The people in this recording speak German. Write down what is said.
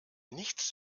nichts